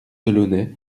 delaunay